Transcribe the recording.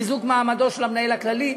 חיזוק מעמדו של המנהל הכללי.